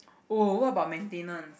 oh what about maintenance